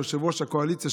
ליושב-ראש הקואליציה,